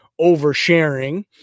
oversharing